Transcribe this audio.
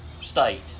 state